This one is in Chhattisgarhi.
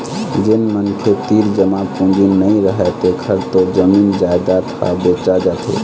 जेन मनखे तीर जमा पूंजी नइ रहय तेखर तो जमीन जयजाद ह बेचा जाथे